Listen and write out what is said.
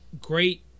great